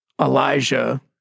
Elijah